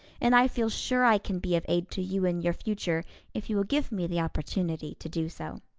and i feel sure i can be of aid to you and your future if you will give me the opportunity to do so.